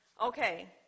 okay